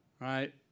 right